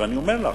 ואני אומר לך,